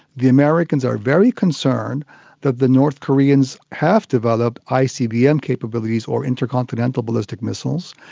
the americans are very concerned that the north koreans have developed icbm capabilities, or intercontinental ballistic missiles,